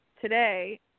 today